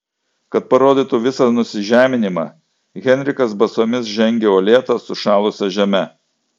kad parodytų visą nusižeminimą henrikas basomis žengė uolėta sušalusia žeme